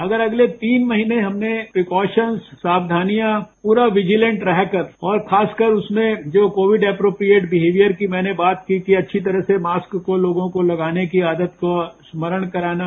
अगर अगले तीन महीने हमने प्रीकोशन्स सावधानियां पूरा विजिलेंट रहकर और खासकर उसमें जो कोविड एप्रोपियेड बिहेवियर की मैंने जो बात की कि अच्छी तरह से मास्क को लोगों को लगाने की आदत को स्मरण कराना